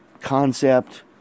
concept